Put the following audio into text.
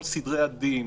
כל סדרי הדין,